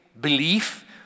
belief